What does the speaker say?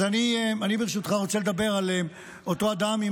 אז אני ברשותך רוצה לדבר על אותו אדם עם